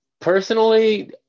Personally